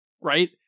right